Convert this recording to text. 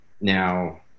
Now